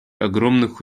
огромных